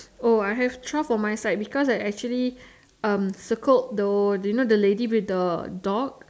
oh I have twelve on my side because I actually um circled the you know the lady with the dog